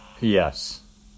Yes